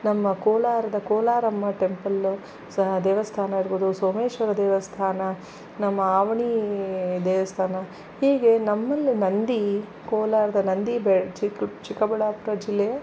ನಮ್ಮ ಕೋಲಾರದ ಕೋಲಾರಮ್ಮ ಟೆಂಪಲ್ಲು ಸಹ ದೇವಸ್ಥಾನ ಇರ್ಬೋದು ಸೋಮೇಶ್ವರ ದೇವಸ್ಥಾನ ನಮ್ಮ ಅವಣಿ ದೇವಸ್ಥಾನ ಹೀಗೆ ನಮ್ಮ ನಂದಿ ಕೋಲಾರದ ನಂದಿ ಬೆ ಚಿಕ್ಕ ಚಿಕ್ಕಬಳ್ಳಾಪುರ ಜಿಲ್ಲೆಯ